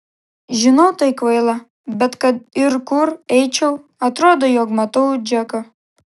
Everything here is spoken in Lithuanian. žinau tai kvaila bet kad ir kur eičiau atrodo jog matau džeką